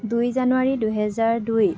দুই জানুৱাৰী দুহেজাৰ দুই